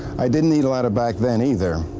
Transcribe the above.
i didn't need a ladder back then, either.